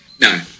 No